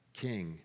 king